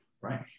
right